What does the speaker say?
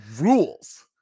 rules